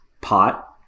pot